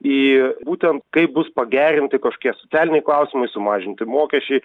į būtent kaip bus pagerinti kažkokie socialiniai klausimai sumažinti mokesčiai